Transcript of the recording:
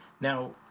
Now